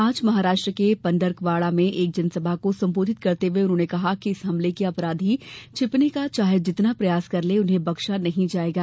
आज महाराष्ट्र के पंढर्कवाड़ा में एक जनसभा को संबोधित करते हुए उन्होंने कहा कि इस हमले के अपराधी छिपने का चाहे जितना प्रयास कर लें उन्हें बख्शा नहीं जाएगा